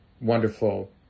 wonderful